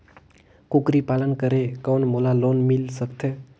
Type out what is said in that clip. कूकरी पालन करे कौन मोला लोन मिल सकथे?